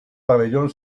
pabellón